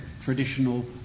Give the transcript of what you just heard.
traditional